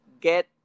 get